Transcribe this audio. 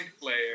player